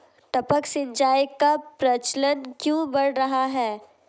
टपक सिंचाई का प्रचलन क्यों बढ़ रहा है?